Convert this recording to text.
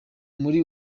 muri